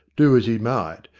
do as he might,